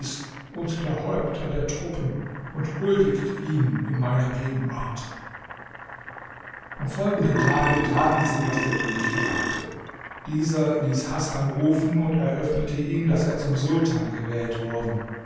und der häupter der truppen und huldigt ihm in meiner gegenwart am folgenden tage taten sie was der könig verlangte dieser ließ hasan rufen und eröffnete ihm daß er zum sultan gewählt worden